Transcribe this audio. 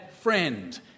friend